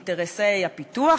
אינטרסי הפיתוח,